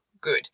good